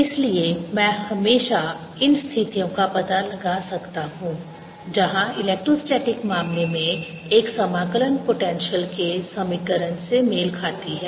इसलिए मैं हमेशा इन स्थितियों का पता लगा सकता हूं जहां इलेक्ट्रोस्टेटिक मामले में एक समाकलन पोटेंशियल के समीकरण से मेल खाती है